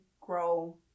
grow